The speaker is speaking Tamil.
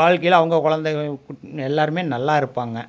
வாழ்க்கையில அவங்க குழந்தைகள் எல்லாருமே நல்லா இருப்பாங்க